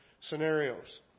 scenarios